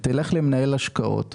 תלך למנהל השקעות,